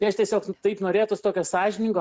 tai aš tiesiog taip norėtųs tokio sąžiningo